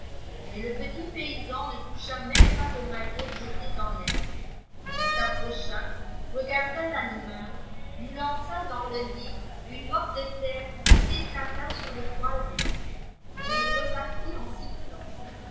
mais le petit paysan ne toucha même pas au maillet jeté dans l'herbe ii s'approcha regarda l'animal lui lança dans le nez une motte de terre qui s'écrasa sur le poil blanc et il repartit en sifflant